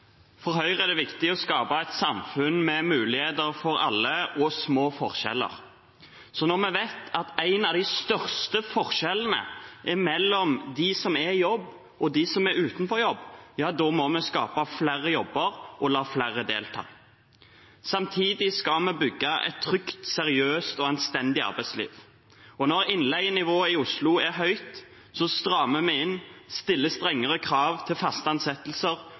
det viktig å skape et samfunn med muligheter for alle og små forskjeller. Så når vi vet at en av de største forskjellene er mellom de som er i jobb, og de som er utenfor jobb, ja da må vi skape flere jobber og la flere delta. Samtidig skal vi bygge et trygt, seriøst og anstendig arbeidsliv. Når innleienivået i Oslo-området er høyt, strammer vi inn, stiller strengere krav til faste ansettelser